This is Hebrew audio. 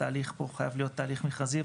שהתהליך פה חייב להיות תהליך מכרזי,